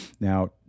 Now